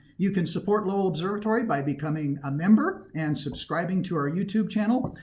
you can support lowell observatory by becoming a member and subscribing to our youtube channel.